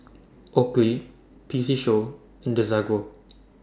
Oakley P C Show and Desigual